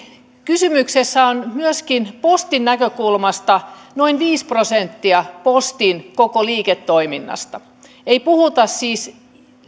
kysymyksessä on myöskin postin näkökulmasta noin viisi prosenttia postin koko liiketoiminnasta ei siis puhuta